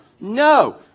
no